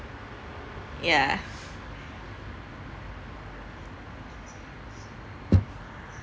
yeah